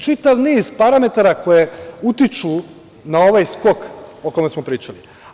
Čitav niz parametara koji utiču na ovaj skok o kome smo pričali.